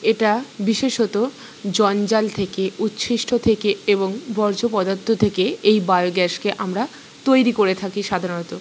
এটা বিশেষত জঞ্জাল থেকে উচ্ছিষ্ট থেকে এবং বর্জ্য পদার্থ থেকে এই বায়োগ্যাসকে আমরা তৈরি করে থাকি সাধারণত